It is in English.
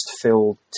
filled